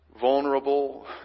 vulnerable